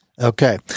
Okay